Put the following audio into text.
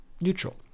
neutral